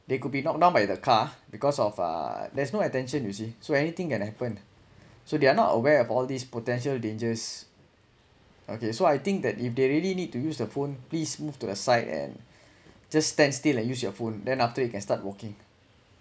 there could be knocked down by the car because of uh there's no attention you see so anything can happen so they are not aware of all these potential dangers okay so I think that if they really need to use the phone please move to aside and just stand still and use your phone then after you can start walking